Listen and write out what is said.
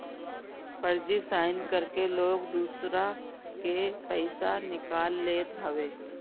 फर्जी साइन करके लोग दूसरा के पईसा निकाल लेत हवे